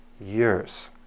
years